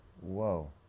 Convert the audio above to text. Whoa